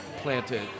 planted